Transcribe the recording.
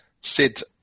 Sid